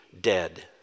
dead